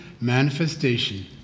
manifestation